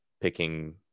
picking